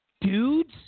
Dudes